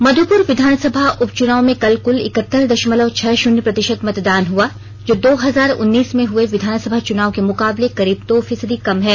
मध्यपुर विधानसभा उपचुनाव में कल कुल इकहत्तर दशलव छह शून्य प्रतिशत मतदान हुआ जो दो हजार उन्नीस में हुए विधानसभा चुनाव के मुकाबले करीब दो फीसदी कम है